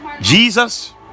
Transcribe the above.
Jesus